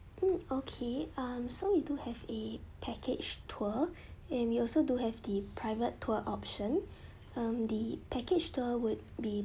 hmm okay um so we do have a package tour and we also do have the private tour option um the package tour would be